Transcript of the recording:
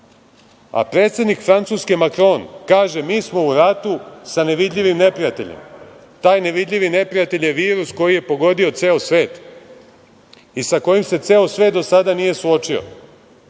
a predsednik Francuske Makron kaže – mi smo u ratu sa nevidljivim neprijateljom. Taj nevidljivi neprijatelj je virus koji je pogodio ceo svet i sa kojim se ceo svet do sada nije suočio.I